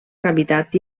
cavitat